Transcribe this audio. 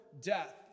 death